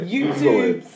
YouTube